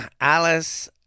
Alice